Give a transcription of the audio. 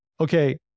Okay